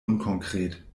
unkonkret